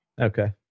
okay